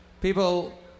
people